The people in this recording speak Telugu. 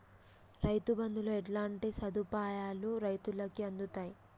రైతు బంధుతో ఎట్లాంటి సదుపాయాలు రైతులకి అందుతయి?